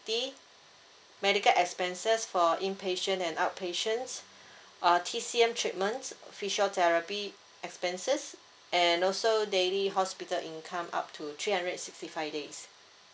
medical expenses for inpatient and outpatients uh T_C_M treatments physiotherapy expenses and also daily hospital income up to three hundred and sixty five days